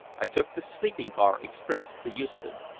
i took the sleeping-car express to euston.